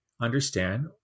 understand